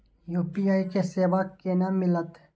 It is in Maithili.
यू.पी.आई के सेवा केना मिलत?